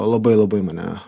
labai labai mane